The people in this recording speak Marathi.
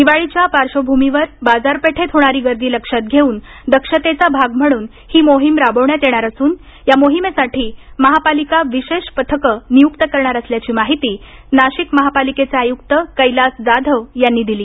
दिवाळीच्या पार्श्वभूमीवर बाजारपेठेत होणारी गर्दी लक्षात घेऊन दक्षतेचा भाग म्हणून ही मोहीम राबवण्यात येणार असून या मोहिमेसाठी महापालिका विशेष पथकं नियुक्त करणार असल्याची माहिती नाशिक महापालिकेचे आयुक्त कैलास जाधव यांनी दिली